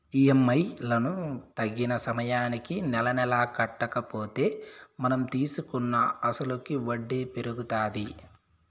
EMI లను తగిన సమయానికి నెలనెలా కట్టకపోతే మనం తీసుకున్న అసలుకి వడ్డీ పెరుగుతాది